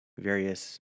various